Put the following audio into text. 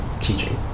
teaching